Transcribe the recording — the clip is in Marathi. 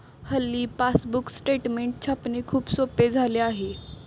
हल्ली पासबुक स्टेटमेंट छापणे खूप सोपे झाले आहे